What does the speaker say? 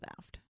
theft